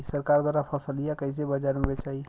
सरकार द्वारा फसलिया कईसे बाजार में बेचाई?